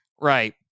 Right